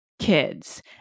kids